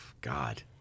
God